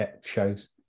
shows